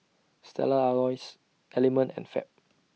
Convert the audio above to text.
Stella Artois Element and Fab